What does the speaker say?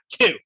two